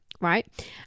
Right